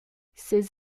ses